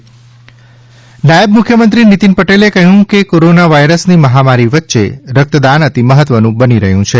રક્તદાન નીતિન પટેલ નાયબ મુખ્યમંત્રી શ્રી નીતિન પટેલે કહ્યું કે કોરોનાવાયરસની મહામારી વચ્ચે રક્તદાન અતિ મહત્વનું બની રહ્યું છે